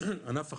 ענף החקלאות,